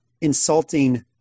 insulting